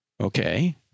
Okay